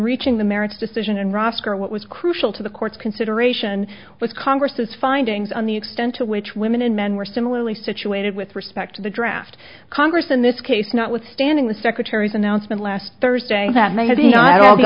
reaching the merits decision and rosco what was crucial to the court's consideration with congress's findings on the extent to which women and men were similarly situated with respect to the draft congress in this case notwithstanding the secretary's announcement last thursday that they had all the